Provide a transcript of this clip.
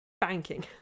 banking